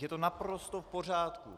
Je to naprosto v pořádku.